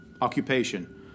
Occupation